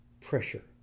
pressure